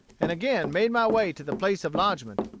and again made my way to the place of lodgment,